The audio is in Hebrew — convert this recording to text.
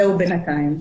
זהו בינתיים.